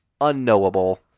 unknowable